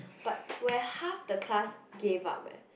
but where half the class gave up eh